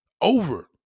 Over